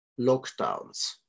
lockdowns